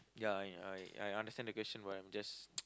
ya ya I I understand the question but I'm just